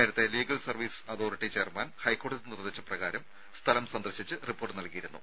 നേരത്തെ legal service authority chairman ഹൈക്കോടതി നിർദ്ദേശ പ്രകാരം സ്ഥലം സന്ദർശിച്ച് റിപ്പോർട്ട് നൽകിയിരുന്നു